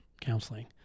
counseling